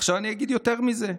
עכשיו, אני אגיד יותר מזה,